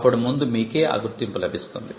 అప్పుడు ముందు మీకే ఆ గుర్తింపు లభిస్తుంది